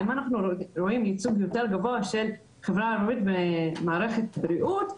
אם אנחנו רואים ייצוג יותר גבוה של החברה הערבית במערכת הבריאות,